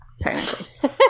technically